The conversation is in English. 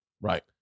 right